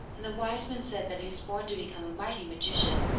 and the wise men said that he was born to become a mighty magician.